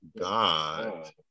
God